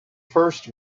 first